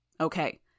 Okay